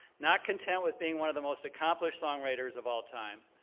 not content with being one of the most accomplished songwriters of all time,